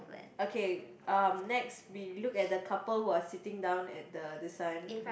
okay um next we look at the couple who are sitting down at the this one